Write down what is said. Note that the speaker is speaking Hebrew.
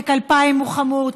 תיק 2000 הוא חמור,